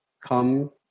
come